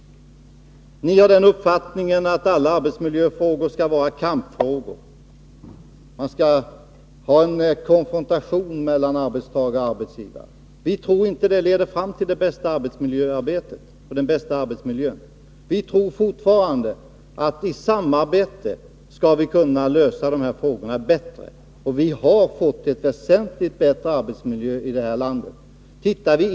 Ni har den uppfattningen att alla arbetsmiljöfrågor skall vara kampfrågor — man skall ha en konfrontation mellan arbetstagare och arbetsgivare. Vi tror inte att det leder fram till det bästa arbetsmiljöarbetet och den bästa arbetsmiljön. Vi tror fortfarande att vi i samarbete skall kunna lösa de här frågorna bättre. Vi har fått en väsentligt bättre arbetsmiljö i det här landet.